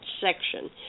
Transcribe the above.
section